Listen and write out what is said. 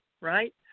right